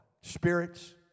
Spirits